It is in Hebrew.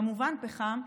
כמובן פחם,